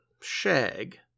Shag